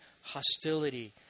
hostility